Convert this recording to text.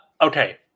okay